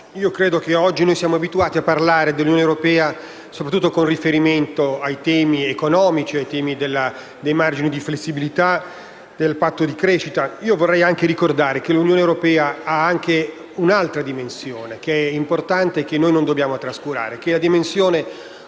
Credo che oggi siamo abituati a parlare dell'Unione europea soprattutto con riferimento ai temi economici e ai margini di flessibilità del Patto di stabilità e crescita. Vorrei però ricordare che l'Unione europea ha anche un'altra dimensione, che è importante e che non dobbiamo trascurare, contenuta nei